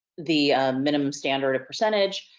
the minimum standard of percentage.